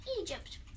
Egypt